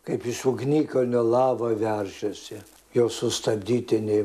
kaip iš ugnikalnio lava veržiasi jos sustabdyti neįm